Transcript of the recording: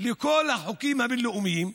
לכל החוקים הבין-לאומיים,